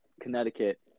Connecticut